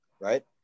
Right